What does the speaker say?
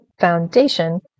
foundation